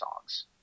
songs